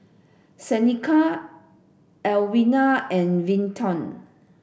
Seneca Edwina and Vinton